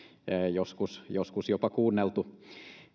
joskus joskus jopa kuunneltu